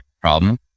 problem